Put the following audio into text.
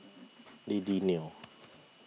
Lily Neo